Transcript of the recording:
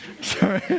sorry